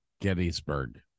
gettysburg